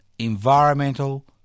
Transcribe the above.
environmental